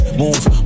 move